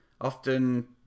Often